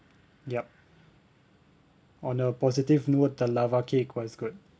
yup on a positive note the lava cake was good